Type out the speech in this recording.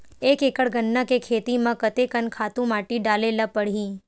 एक एकड़ गन्ना के खेती म कते कन खातु माटी डाले ल पड़ही?